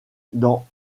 dans